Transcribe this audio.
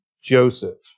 Joseph